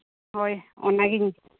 ᱦᱳᱭ ᱚᱱᱟ ᱜᱤᱧ